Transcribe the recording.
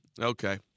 Okay